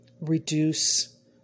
reduce